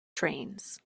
trains